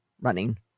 running